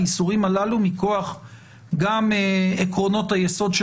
האיסורים הללו מכוח גם עקרונות היסוד של